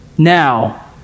Now